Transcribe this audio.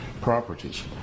properties